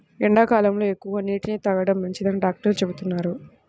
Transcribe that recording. ఎండాకాలంలో ఎక్కువగా నీటిని తాగడం మంచిదని డాక్టర్లు చెబుతున్నారు